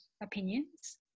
opinions